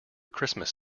christmas